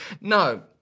No